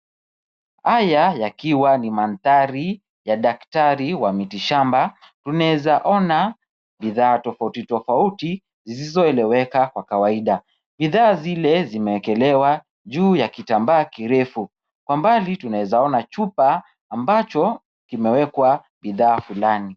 Haya yakiwa ni mandhari ya daktari wa mitishamba, tunaweza ona bidhaa tofauti tofauti zisizoeleweka kwa kawaida. Bidhaa zile zimeekelewa juu ya kitambaa kirefu. Kwa mbali tunaweza ona chupa mabcho kimewekwa bidhaa fulani.